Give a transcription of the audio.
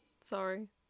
Sorry